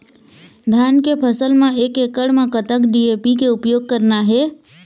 धान के फसल म एक एकड़ म कतक डी.ए.पी के उपयोग करना हे?